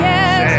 Yes